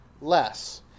less